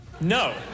no